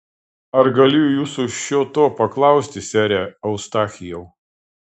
ar galiu jūsų šio to paklausti sere eustachijau